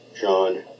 John